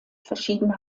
verschiedene